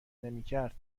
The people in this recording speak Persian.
نمیکرد